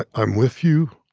i'm with you.